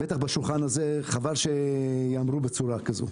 בטח בשולחן הזה, חבל שיאמרו בצורה כזו.